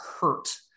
hurt